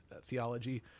theology